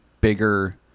bigger